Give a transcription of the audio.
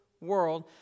World